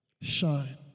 Shine